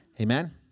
Amen